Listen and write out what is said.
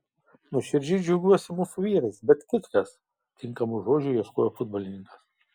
nuoširdžiai džiaugiuosi mūsų vyrais bet kitkas tinkamų žodžių ieškojo futbolininkas